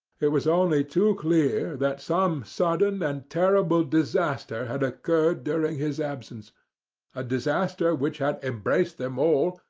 it was only too clear that some sudden and terrible disaster had occurred during his absence a disaster which had embraced them all,